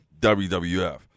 WWF